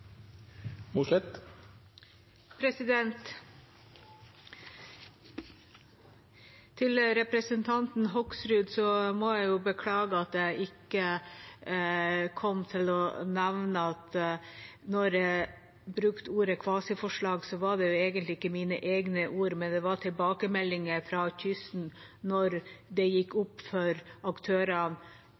Til representanten Hoksrud må jeg beklage at jeg ikke kom til å nevne at når jeg brukte ordet «kvasiforslag», var det egentlig ikke mine egne ord. Det var tilbakemeldinger fra kysten da det gikk opp for aktørene